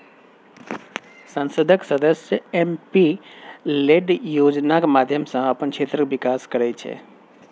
संसदक सदस्य एम.पी लेड योजनाक माध्यमसँ अपन क्षेत्रक बिकास करय छै